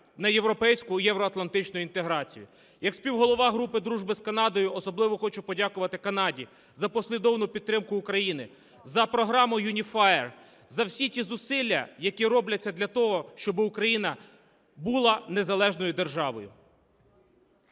на європейську і євроатлантичну інтеграцію. Як співголова групи дружби з Канадою особливо хочу подякувати Канаді за послідовну підтримку України, за програму UNIFIER, за всі ті зусилля, які робляться для того, щоб Україна була незалежною державою.